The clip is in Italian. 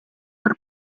per